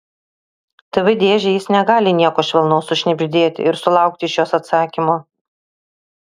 tv dėžei jis negali nieko švelnaus sušnibždėti ir sulaukti iš jos atsakymo